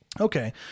Okay